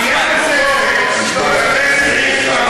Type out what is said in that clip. יש שר במליאה.